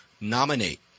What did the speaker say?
nominate